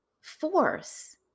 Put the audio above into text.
force